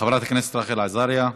חברת הכנסת רחל עזריה,